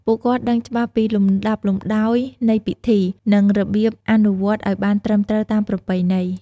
ពួកគាត់ដឹងច្បាស់ពីលំដាប់លំដោយនៃពិធី និងរបៀបអនុវត្តឱ្យបានត្រឹមត្រូវតាមប្រពៃណី។